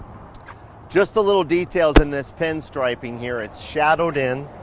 just the little details in this pin striping here. it's shadowed in.